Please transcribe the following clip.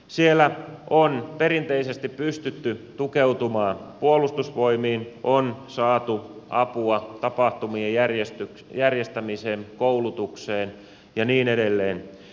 siellä on perinteisesti pystytty tukeutumaan puolustusvoimiin on saatu apua tapahtumien järjestämiseen koulutukseen ja niin edelleen